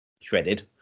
shredded